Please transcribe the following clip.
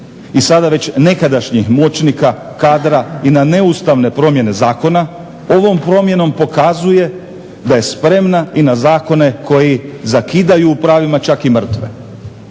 i sada već nekadašnjih moćnika kadra i na neustavne promjene zakona ovom promjenom pokazuje da je spremna i na zakone koji zakidaju u pravima čak i mrtve.